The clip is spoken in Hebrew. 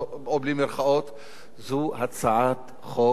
זו הצעת חוק שאין לה מקום,